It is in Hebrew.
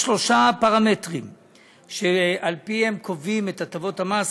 יש שלושה פרמטרים שעל פיהם קובעים את הטבות המס,